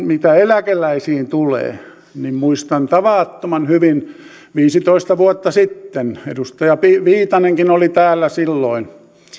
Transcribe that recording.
mitä eläkeläisiin tulee muistan tavattoman hyvin että viisitoista vuotta sitten edustaja viitanenkin oli täällä silloin